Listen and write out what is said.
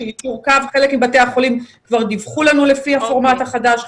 שחלק מבתי החולים כבר דיווחו לנו לפי הפורמט החדש,